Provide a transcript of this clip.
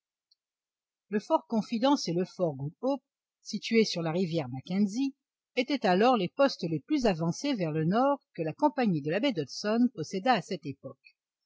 le fort confidence et le fort good hope situés sur la rivière mackenzie étaient alors les postes les plus avancés vers le nord que la compagnie de la baie d'hudson possédât à cette époque